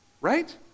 right